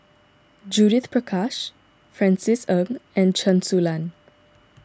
Judith Prakash Francis Ng and Chen Su Lan